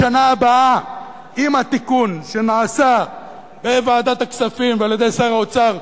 בשנה הבאה עם התיקון שנעשה בוועדת הכספים ועל-ידי שר האוצר,